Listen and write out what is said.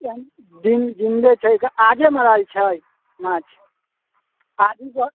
यानि जिन जिन्दे छै आजे मरायल छै माछ आज ही